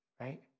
Right